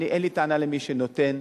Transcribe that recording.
אין לי טענה למי שנותן,